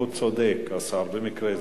הוא צודק, השר, במקרה זה.